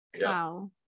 wow